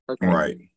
Right